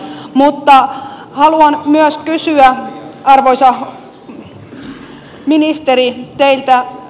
mutta haluan myös kysyä arvoisa ministeri teiltä